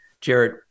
Jared